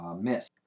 Miss